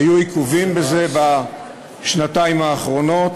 היו עיכובים בזה בשנתיים האחרונות,